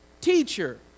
Teacher